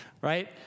right